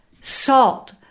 Salt